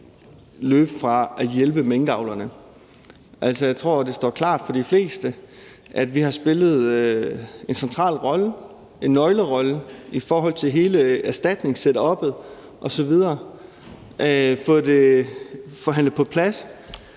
løbe fra at hjælpe minkavlerne. Altså, jeg tror, det står klart for de fleste, at vi har spillet en central rolle, en nøglerolle, i forhold til hele erstatningssetuppet osv., fået det forhandlet på plads